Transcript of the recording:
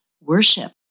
worship